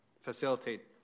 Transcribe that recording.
facilitate